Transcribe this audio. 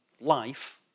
life